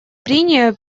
прения